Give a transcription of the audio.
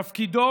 תפקידו,